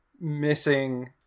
Missing